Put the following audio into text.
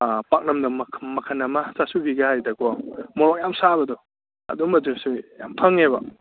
ꯄꯥꯛꯅꯝꯗ ꯃꯈꯟ ꯑꯃ ꯆꯥꯁꯨꯕꯤꯒ ꯍꯥꯏꯔꯤꯗꯣꯀꯣ ꯃꯔꯣꯛ ꯌꯥꯝ ꯁꯥꯕꯗꯣ ꯑꯗꯨꯝꯕꯗꯨꯁꯨ ꯌꯥꯝ ꯐꯪꯉꯦꯕ